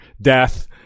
death